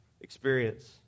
experience